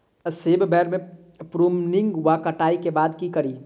सेब बेर केँ प्रूनिंग वा कटाई केँ बाद की करि?